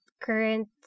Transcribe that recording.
current